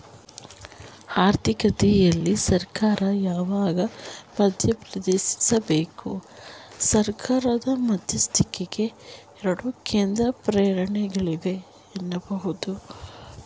ಆರ್ಥಿಕತೆಯಲ್ಲಿ ಸರ್ಕಾರ ಯಾವಾಗ ಮಧ್ಯಪ್ರವೇಶಿಸಬೇಕು? ಸರ್ಕಾರದ ಮಧ್ಯಸ್ಥಿಕೆಗೆ ಎರಡು ಕೇಂದ್ರ ಪ್ರೇರಣೆಗಳಿವೆ ಎನ್ನಬಹುದು